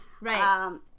Right